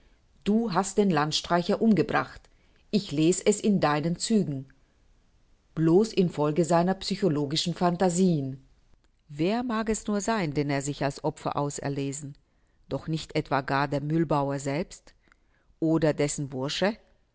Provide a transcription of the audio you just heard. du hast den landstreicher umgebracht ich les es in deinen zügen bloß in folge seiner psychologischen phantasieen wer mag es nur sein den er sich als opfer auserlesen doch nicht etwa gar der mühlbauer selbst oder dessen bursche